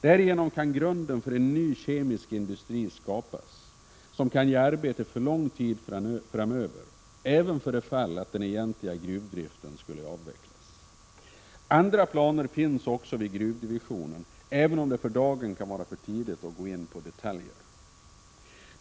Därigenom kan man skapa grunden för en ny kemisk industri som kan ge arbete för lång tid framöver, även för det fall att den egentliga gruvdriften skulle avvecklas. Andra planer finns också vid gruvdivisionen, även om det för dagen kan vara för tidigt att gå in på detaljer.